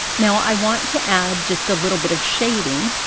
now i want to add just a little bit of shading,